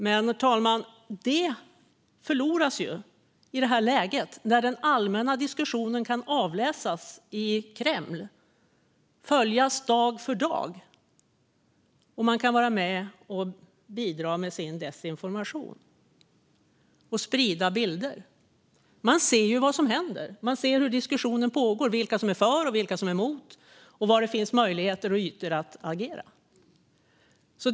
Men, herr talman, det förloras i detta läge när den allmänna diskussionen kan avläsas och följas dag för dag i Kreml, som därmed kan bidra med sin desinformation och sprida bilder. De ser ju vad som händer och den diskussionen som pågår - vilka som är för och vilka som är emot - och var det finns möjligheter och ytor att agera på.